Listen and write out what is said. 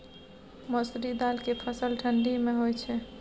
मसुरि दाल के फसल ठंडी मे होय छै?